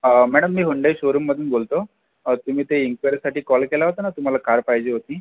madam मी Hyundai शोरूममधून बोलतो तुम्ही ते इन्क्व्यारीसाठी कॉल केला होता ना तुम्हाला कार पाहिजे होती